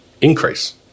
increase